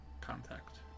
contact